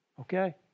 Okay